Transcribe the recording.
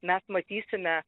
mes matysime